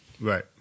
Right